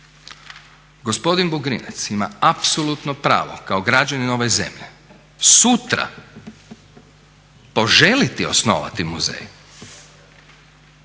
Gospodin Vugrinec ima apsolutno pravo kao građanin ove zemlje sutra poželjeti osnovati muzej